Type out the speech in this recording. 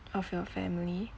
of your family